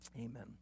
Amen